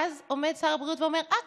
ואז עומד שר הבריאות ואומר: אה,